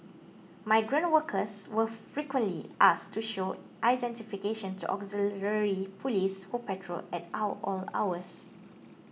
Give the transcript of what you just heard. migrant workers were frequently asked to show identification to auxiliary police who patrol at our all hours